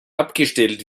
abgestellt